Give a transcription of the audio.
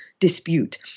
Dispute